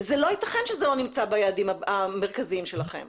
וזה לא יתכן שזה לא נמצא ביעדים המרכזיים שלכם.